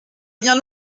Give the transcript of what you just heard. bien